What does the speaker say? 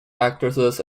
actresses